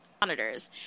monitors